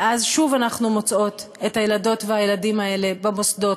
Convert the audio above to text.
ואז שוב אנחנו מוצאות את הילדות והילדים האלה במוסדות,